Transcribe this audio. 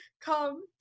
come